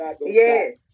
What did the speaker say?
Yes